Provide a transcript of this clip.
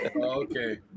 okay